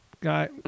guy